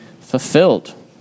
fulfilled